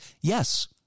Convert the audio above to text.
Yes